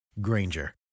Granger